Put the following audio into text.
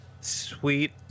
sweet